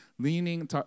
Leaning